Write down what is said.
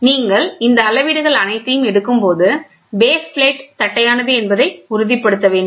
நீங்கள் இந்த அளவீடுகள் அனைத்தையும் எடுக்கும் போது பேஸ் பிளேட் தட்டையானது என்பதை உறுதிப்படுத்த வேண்டும்